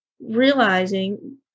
realizing